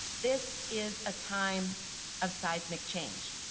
this is a time of seismic change.